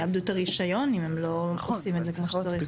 הם יאבדו את הרישיון אם הם לא עושים את זה כמו שצריך.